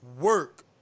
work